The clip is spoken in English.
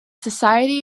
society